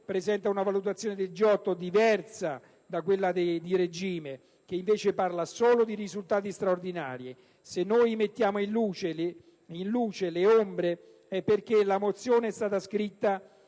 presenta una valutazione del G8 diversa da quella di regime, che invece parla solo di risultati straordinari. Se noi mettiamo in luce le ombre è perché la mozione è stata scritta